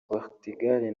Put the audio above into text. portugal